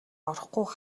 орохгүй